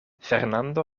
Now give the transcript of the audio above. fernando